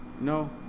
No